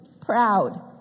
proud